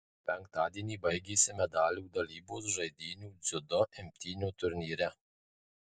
penktadienį baigėsi medalių dalybos žaidynių dziudo imtynių turnyre